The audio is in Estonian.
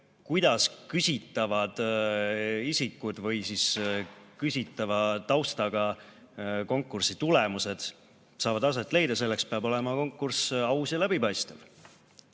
kuidas küsitavad isikud [saavad osaleda] või küsitava taustaga konkursi tulemused saavad aset leida, selleks peab olema konkurss aus ja läbipaistev.